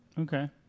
Okay